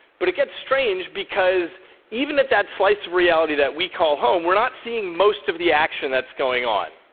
but it gets strange, because even at that slice of reality that we call home, we're not seeing most of the action that's going on.